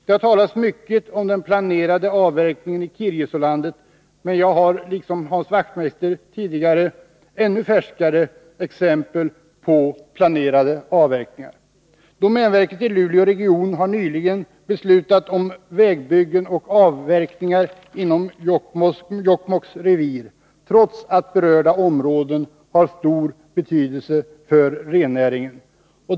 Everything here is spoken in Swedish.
Det har talats mycket om den planerade avverkningen i Kirjesålandet, men jag har liksom Hans Wachtmeister ännu färskare exempel på planerade avverkningar. Domänverket i Luleå region har nyligen beslutat om vägbyggen av avverkningar inom Jokkmokks revir, trots att berörda områden har stor betydelse för rennäringen.